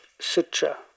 Sutra